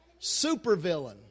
supervillain